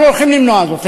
אנחנו הולכים למנוע זאת.